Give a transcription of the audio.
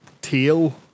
tail